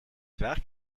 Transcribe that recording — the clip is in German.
werk